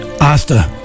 Asta